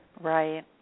Right